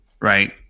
right